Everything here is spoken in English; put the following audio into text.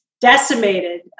decimated